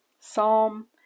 Psalm